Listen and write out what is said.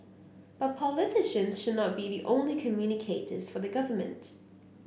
but politicians should not be the only communicators for the government